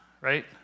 right